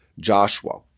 Joshua